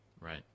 Right